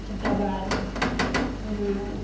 चकेवा आओरो सामा आओरो